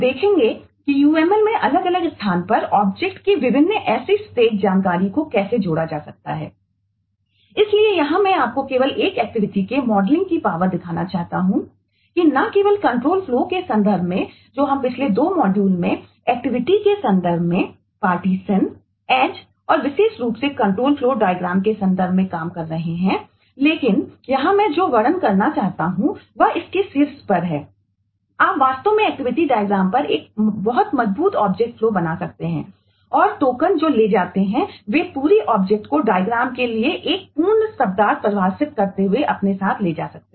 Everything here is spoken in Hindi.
देखेंगे कि uml में अलग अलग स्थानों पर ऑब्जेक्ट के लिए एक पूर्ण शब्दार्थ परिभाषित करते हुए अपने साथ ले जा सकते हैं